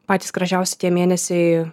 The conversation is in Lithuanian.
patys gražiausi tie mėnesiai